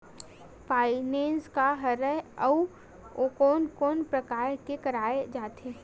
Finance का हरय आऊ कोन कोन प्रकार ले कराये जाथे?